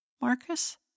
Marcus